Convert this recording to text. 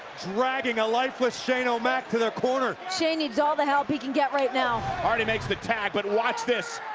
dragging a lifeless shane ah mcmahon to the corner. shane needs all the help he can get right now. hardy makes the tag, but watch this.